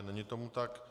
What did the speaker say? Není tomu tak.